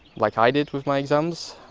like i did with my exams.